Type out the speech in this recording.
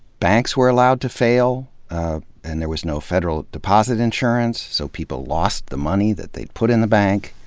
banks were allowed to fail and there was no federal deposit insurance so people lost the money that they'd put in the bank.